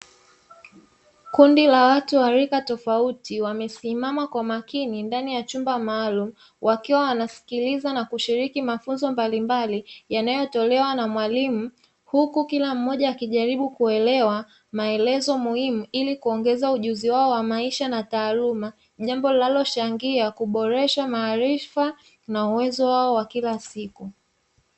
Kundi la watu wa rika tofauti wamesimama kwa makini ndani ya chumba maalumu wakiwa wanasikiliza na kushiriki mafunzo mbalimbali yanayotolewa na mwalimu, huku kila mmoja akijaribu kuelewa maelezo muhimu ili kuongeza ujuzi wao wa maisha na taaluma jambo linalochangia kuboresha maarifa na uwezo wao wa kila siku.